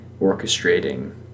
orchestrating